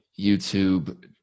YouTube